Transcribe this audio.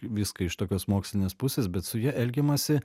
viską iš tokios mokslinės pusės bet su ja elgiamasi